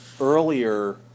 Earlier